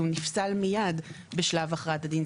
הוא נפסל מייד בשלב הכרעת הדין.